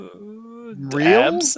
Real